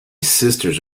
sisters